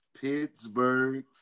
Pittsburgh